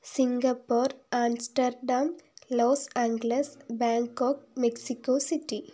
Singapore Amsterdam Los Angeles Bangkok Mexico city